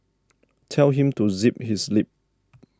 tell him to zip his lip